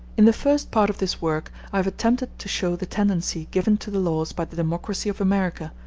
in the first part of this work i have attempted to show the tendency given to the laws by the democracy of america,